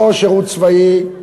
לא שירות צבאי,